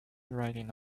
riding